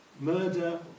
murder